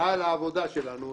על העבודה שלנו,